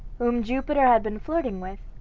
whom jupiter had been flirting with,